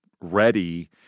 ready